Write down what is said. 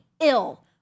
ill